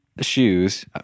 shoes